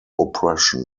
oppression